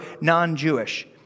non-Jewish